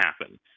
happen